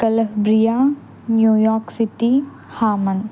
కలహబ్రియా New York city హామమ్